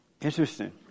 Interesting